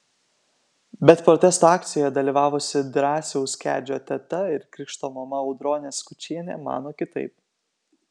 bet protesto akcijoje dalyvavusi drąsiaus kedžio teta ir krikšto mama audronė skučienė mano kitaip